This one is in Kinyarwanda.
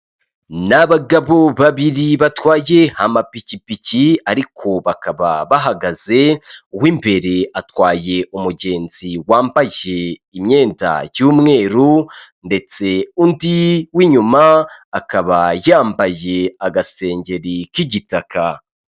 Ni abagabo babiri batwaye amapikipiki ariko bakaba bahagaze, uw'imbere atwaye umugenzi wambaye imyenda y'umweru ndetse undi w'inyuma akaba yambaye agasengeri k'igitaka.